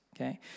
okay